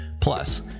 Plus